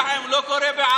למה זה לא קורה באום אל-פחם?